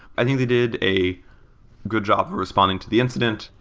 i think they did a good job of responding to the incident.